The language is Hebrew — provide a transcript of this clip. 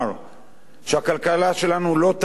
שאם הכלכלה שלנו לא תניב רווחים